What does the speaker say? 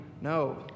No